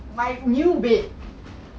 my new bed